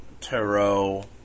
tarot